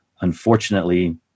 unfortunately